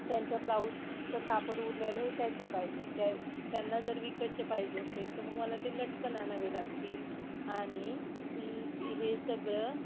त्यांच्या ब्लाऊजचं कापड उरलेलं हे त्याचे पाहिजेत त्या त्यांना जर विकतचे पाहिजे असेल तर मग मला ते लटकन आणावे लागतील आणि हे सगळं